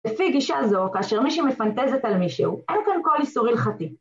לפי גישה זו, כאשר מישהי מפנטזת על מישהו, אין כאן כל איסור הלכתי.